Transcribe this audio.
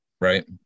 right